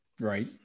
right